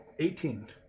Eighteen